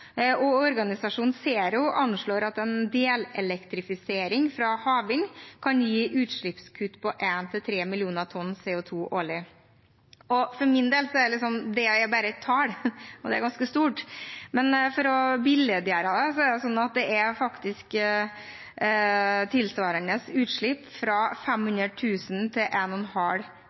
CO2. Organisasjonen ZERO anslår at en delelektrifisering fra havvind kan gi utslippskutt på 1–3 mill. tonn CO2 årlig. For min del er det bare et tall, og det er ganske stort, men for å billedliggjøre det: Det tilsvarer utslipp fra